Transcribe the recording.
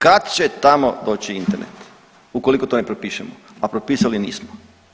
Kad će tamo doći Internet ukoliko to ne propišemo, a propisali nismo.